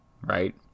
right